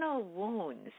wounds